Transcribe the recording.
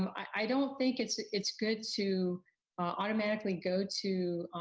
i don't think it's it's good to automatically go to,